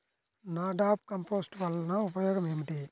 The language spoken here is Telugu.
నాడాప్ కంపోస్ట్ వలన ఉపయోగం ఏమిటి?